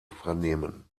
vernehmen